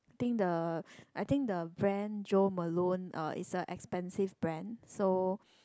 think the I think the brand Jo-Malone is a expensive brand so